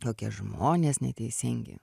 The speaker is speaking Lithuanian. kokie žmonės neteisingi